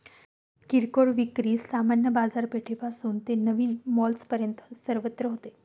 किरकोळ विक्री सामान्य बाजारपेठेपासून ते नवीन मॉल्सपर्यंत सर्वत्र होते